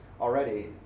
already